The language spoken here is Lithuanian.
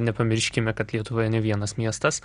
nepamirškime kad lietuvoje ne vienas miestas